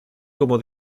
como